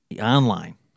online